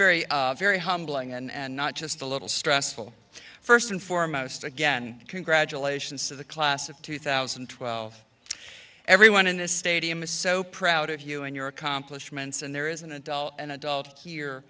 humbling and not just a little stressful first and foremost again congratulations to the class of two thousand and twelve everyone in this stadium is so proud of you and your accomplishments and there is an adult and adult here